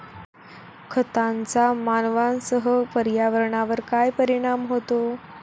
खतांचा मानवांसह पर्यावरणावर काय परिणाम होतो?